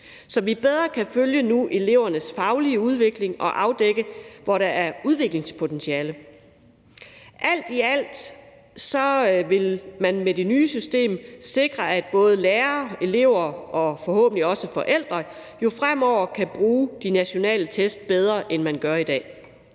så vi bedre kan følge elevernes faglige udvikling og afdække, hvor der er udviklingspotentiale. Alt i alt vil man med det nye system sikre, at både lærere, elever og forhåbentlig også forældre fremover kan bruge de nationale test bedre, end man gør i dag.